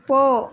போ